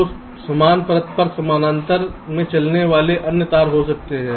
तो समान परत पर समानांतर में चलने वाले अन्य तार हो सकते हैं